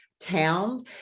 town